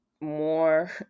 more